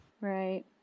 Right